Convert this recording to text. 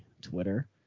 Twitter